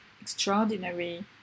extraordinary